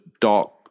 dark